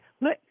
Look